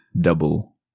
Double